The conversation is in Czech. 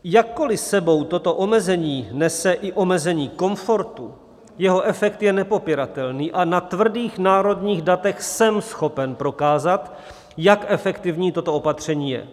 Jakkoliv s sebou toto omezení nese i omezení komfortu, jeho efekt je nepopiratelný a na tvrdých národních datech jsem schopen prokázat, jak efektivní toto opatření je.